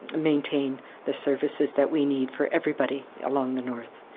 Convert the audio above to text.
maintain the services that we need for everybody along the north.